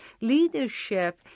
leadership